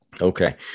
Okay